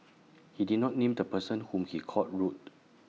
he did not name the person whom he called rude